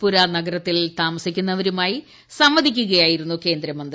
പുര നഗരത്തിൽ താമസിക്കുന്നവരുമായി സംവദിക്കുകയായിരുന്നു കേന്ദ്രമന്ത്രി